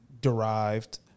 derived